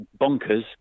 bonkers